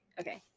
Okay